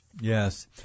Yes